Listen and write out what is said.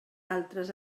altres